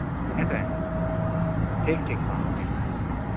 ᱦᱮᱸᱥᱮ ᱴᱷᱤᱠ ᱴᱷᱤᱠ ᱴᱷᱤᱠ ᱦᱚᱸ ᱦᱚᱸ ᱦᱚᱸ